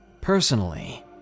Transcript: Personally